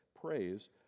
praise